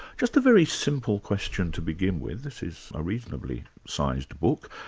just a very simple question to begin with, this is a reasonably sized book,